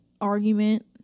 argument